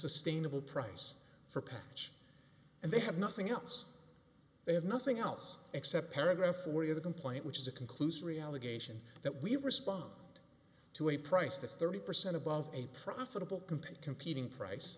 sustainable price for patch and they have nothing else they have nothing else except paragraph forty of the complaint which is a conclusory allegation that we respond to a price that's thirty percent above a profitable compared competing price